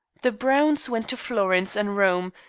the brownes went to florence and rome,